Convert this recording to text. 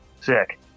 Sick